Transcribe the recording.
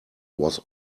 was